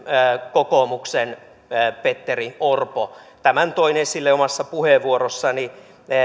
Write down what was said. kokoomuksen petteri orpo tämän toin esille omassa puheenvuorossani